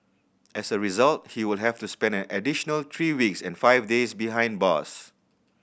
as a result he will have to spend an additional three weeks and five days behind bars